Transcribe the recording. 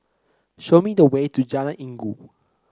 show me the way to Jalan Inggu